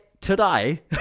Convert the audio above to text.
today